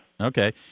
Okay